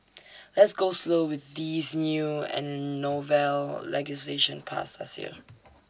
let's go slow with this new and novel legislation passed last year